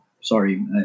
sorry